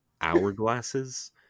hourglasses